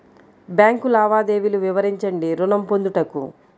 Bank లావాదేవీలు వివరించండి ఋణము పొందుటకు?